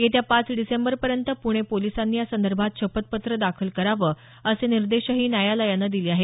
येत्या पाच डिसेंबर पर्यंत प्रणे पोलीसांनी यासंदर्भात शपथपत्र दाखल करावं असे निर्देशही न्यायालयानं दिले आहेत